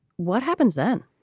what happens then?